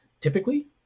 typically